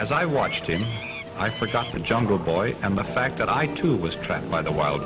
as i watched him i forgot the jungle boy and the fact that i too was trapped by the wild